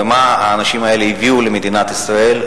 ומה האנשים האלה הביאו למדינת ישראל,